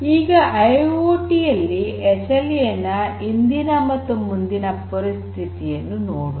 ಈಗ ಐಐಓಟಿ ಯಲ್ಲಿ ಎಸ್ಎಲ್ಎ ನ ಇಂದಿನ ಮತ್ತು ಮುಂದಿನ ಸ್ಥಿತಿಯನ್ನು ನೋಡೋಣ